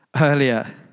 Earlier